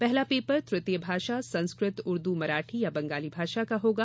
पहला पेपर तृतीय भाषा संस्कृत उर्दू मराठी बंगाली भाषा का होगा